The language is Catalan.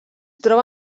troba